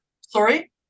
Sorry